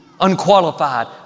unqualified